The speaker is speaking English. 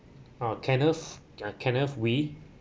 uh kenneth kenneth wee